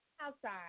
outside